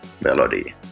melody